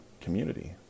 community